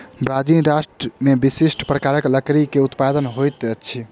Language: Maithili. ब्राज़ील राष्ट्र में विशिष्ठ प्रकारक लकड़ी के उत्पादन होइत अछि